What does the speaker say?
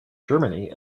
germany